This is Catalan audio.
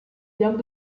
lloc